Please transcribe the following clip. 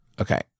Okay